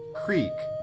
creek,